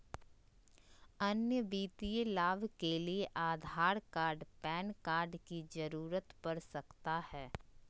अन्य वित्तीय लाभ के लिए आधार कार्ड पैन कार्ड की जरूरत पड़ सकता है?